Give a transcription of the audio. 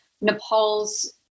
Nepal's